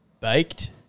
baked